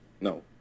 No